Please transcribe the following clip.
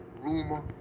rumor